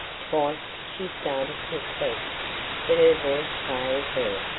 twice she started to speak, but her voice failed her.